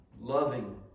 loving